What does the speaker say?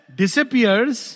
disappears